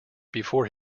before